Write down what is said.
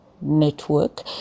Network